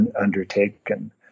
undertaken